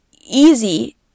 easy